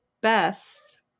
best